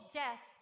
death